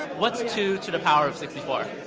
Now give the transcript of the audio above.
what's two to the power of sixty four?